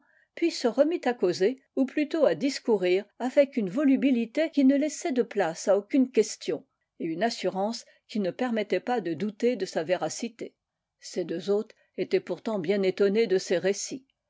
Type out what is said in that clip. puis se remit à causer ou plutôt à discourir avec une volubilité qui ne laissait de place à aucune question et une assurance qui ne permettait pas de douter de sa véracité ses deux hôtes étaient pourtant bien étonnés de ses récits